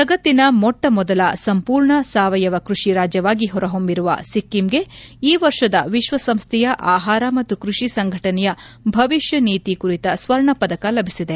ಜಗತ್ತಿನ ಮೊಟ್ಟಮೊದಲ ಸಂಪೂರ್ಣ ಸಾವಯವ ಕೃಷಿ ರಾಜ್ಯವಾಗಿ ಹೊರಹೊಮ್ಮಿರುವ ಸಿಕ್ಕಿಂಗೆ ಈ ವರ್ಷದ ವಿಶ್ವಸಂಸ್ಥೆಯ ಆಪಾರ ಮತ್ತು ಕೃಷಿ ಸಂಘಟನೆಯ ಭವಿಷ್ಯನೀತಿ ಕುರಿತ ಸ್ವರ್ಣಪದಕ ಲಭಿಸಿದೆ